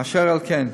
אשר על כן,